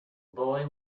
boy